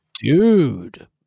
Dude